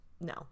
no